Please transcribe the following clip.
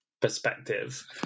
perspective